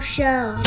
Show